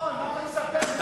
לא נכון, מה אתה מספר לי?